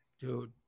dude